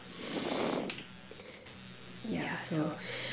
ya so